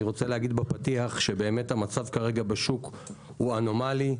אני רוצה להגיד בפתיח שהמצב כרגע בשוק הוא אנומלי.